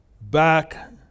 back